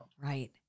Right